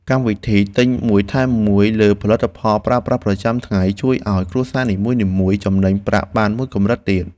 កម្មវិធីទិញមួយថែមមួយលើផលិតផលប្រើប្រាស់ប្រចាំថ្ងៃជួយឱ្យគ្រួសារនីមួយៗចំណេញប្រាក់បានមួយកម្រិតទៀត។